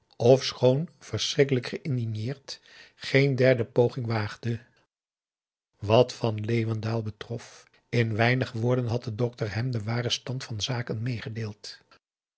ofschoon verschrikkelijk geïndigneerd geen derde poging waagde wat van leeuwendaal betrof in weinig woorden had de dokter hem den waren stand van zaken meegedeeld